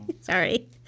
Sorry